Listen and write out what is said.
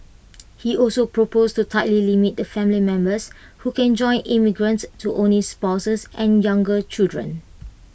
he also proposed to tightly limit the family members who can join immigrants to only spouses and younger children